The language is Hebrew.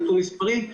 נתון מספרי,